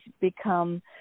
become